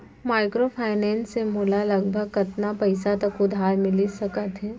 Microfinance से मोला लगभग कतना पइसा तक उधार मिलिस सकत हे?